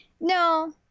No